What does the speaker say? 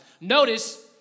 Notice